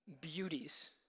beauties